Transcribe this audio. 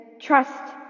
Trust